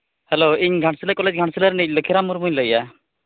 hello ᱤᱧ Ghatshila college Ghatshila ᱨᱤᱱᱤᱡ ᱞᱚᱠᱠᱷᱤᱨᱟᱢ ᱢᱩᱨᱢᱩᱧ ᱞᱟᱹᱭᱮᱜᱼᱟ